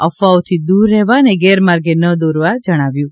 અફવાઓથી દૂર રહેવા અને ગેરમાર્ગે ન દોરવા જણાવ્યું છે